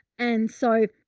and so.